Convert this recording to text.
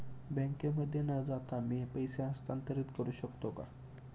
बँकेमध्ये न जाता मी पैसे हस्तांतरित करू शकतो का?